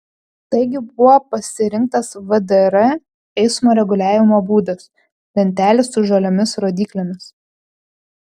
taigi buvo pasirinktas vdr eismo reguliavimo būdas lentelės su žaliomis rodyklėmis